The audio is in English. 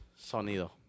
sonido